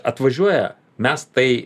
atvažiuoja mes tai